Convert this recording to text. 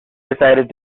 decided